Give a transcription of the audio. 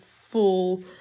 full